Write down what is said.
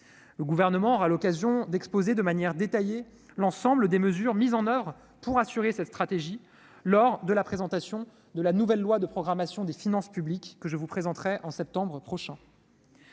Le Gouvernement aura l'occasion d'exposer de manière détaillée l'ensemble des mesures mises en oeuvre pour assurer cette stratégie, lors de la présentation du projet de loi de programmation des finances publiques, à la rentrée prochaine.